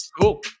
Cool